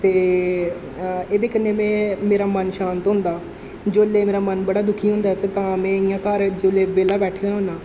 ते एह्दे कन्नै में मेरा मन शांत होंदा जेल्लै मेरा मन बड़ा दुखी होंदा ते तां में इ'यां घर जेल्लै बेह्ल्ला बैठे दा होन्नां